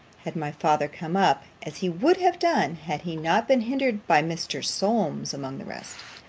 had my father come up, as he would have done had he not been hindered by mr. solmes, among the rest.